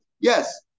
Yes